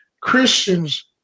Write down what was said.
Christians